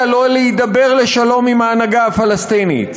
שלא להידבר לשלום עם ההנהגה הפלסטינית.